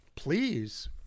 Please